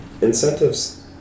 incentives